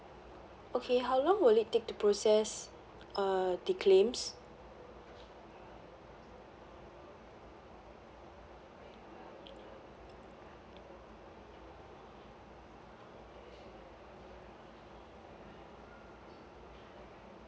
okay how long will it take to process uh the claims